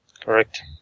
Correct